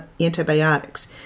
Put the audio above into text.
antibiotics